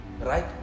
Right